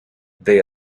they